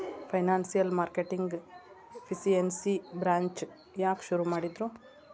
Financial marketing efficiency branch ಯಾಕ್ ಶುರು ಮಾಡಿದ್ರು?